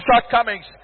shortcomings